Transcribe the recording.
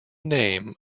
name